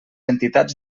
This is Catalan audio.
entitats